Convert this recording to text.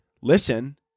listen